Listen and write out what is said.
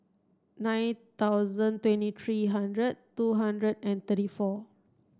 nine thousand twenty three hundred two hundred and thirty four